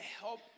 help